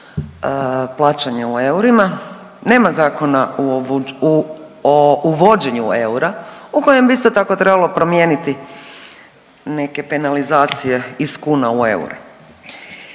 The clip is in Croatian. plaćanje u eurima, nema Zakona o uvođenju eura u kojem bi isto tako trebalo promijeniti neke penalizacije iz kuna u eure.